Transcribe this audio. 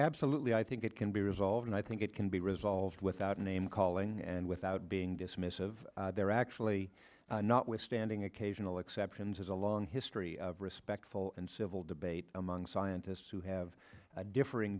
absolutely i think it can be resolved and i think it can be resolved without name calling and without being dismissive they're actually not withstanding occasional exceptions as a long history of respectful and civil debate among scientists who have differ